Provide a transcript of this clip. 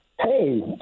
Hey